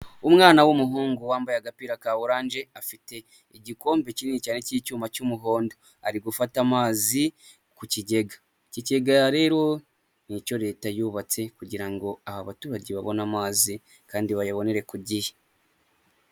Umwana w'umuhungu wambaye agapira ka oranje, afite igikombe kinini cyane cy'icyuma, cy'umuhondo. Ari gufata amazi ku kigega. Iki kigega rero ni icyo leta yubatse, kugira ngo aha abaturage babone amazi, kandi bayabonere ku gihe.